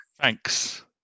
Thanks